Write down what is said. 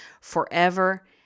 forever